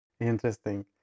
Interesting